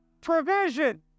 Provision